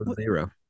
zero